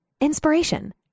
inspiration